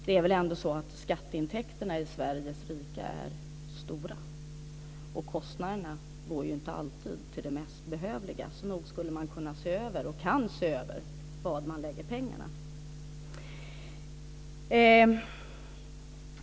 Det är väl ändå så att skatteintäkterna i Sveriges rike är stora och att de inte alltid går till det mest behövliga? Så nog skulle man kunna se över var man lägger pengarna.